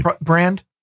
brand